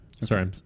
Sorry